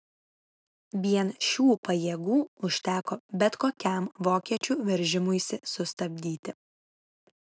vien šių pajėgų užteko bet kokiam vokiečių veržimuisi sustabdyti